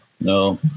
No